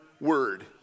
word